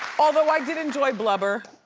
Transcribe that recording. although i did enjoy blubber